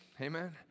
amen